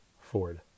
ford